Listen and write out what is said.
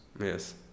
Yes